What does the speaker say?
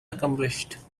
accomplished